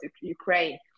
Ukraine